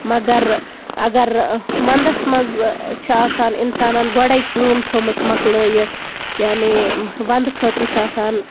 مَگر اَگر وَندَس منٛز چھےٚ آسان اِنسانَن گۄڈٕے کٲم تھٲومٕژ مۄکلٲوِتھ یعنی وَندٕ خٲطرٕ چھُ آسان